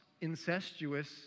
incestuous